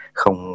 không